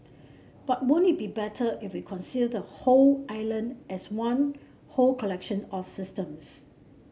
but won't it be better if we consider the whole island as one whole collection of systems